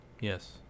Yes